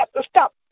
stop